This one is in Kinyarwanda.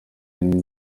iyi